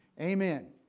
Amen